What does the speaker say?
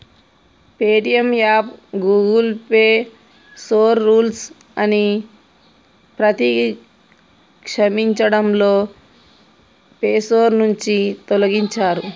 Paytm app Google play store rules ని అతిక్రమించడంతో play store నుంచి తొలగించారు